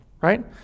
right